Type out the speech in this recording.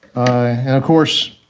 of course,